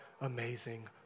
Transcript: amazing